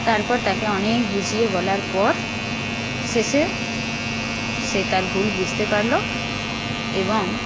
তারপর তাকে অনেক বুঝিয়ে বলার পর শেষে সে তার ভুল বুঝতে পারল এবং